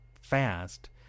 fast